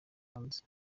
hanze